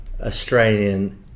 Australian